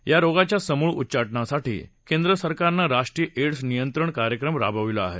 या रोगाच्या समूळ उच्चाटनासाठी केंद्र सरकारने राष्ट्रीय एड्स नियंत्रण कार्यक्रम राबविला आहे